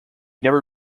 never